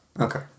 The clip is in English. Okay